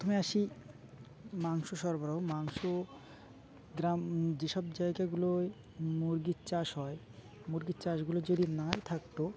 প্রথমে আসি মাংস সরবরাহ মাংস গ্রাম যেসব জায়গাগুলোয় মুরগির চাষ হয় মুরগির চাষগুলো যদি না থাকতো